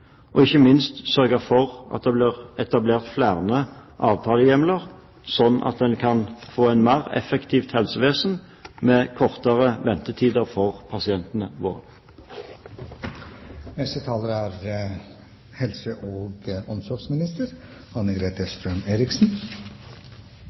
og ikke minst sørge for at det blir etablert flere avtalehjemler, slik at en kan få et mer effektivt helsevesen med kortere ventetider for pasientene